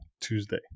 Tuesday